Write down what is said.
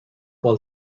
while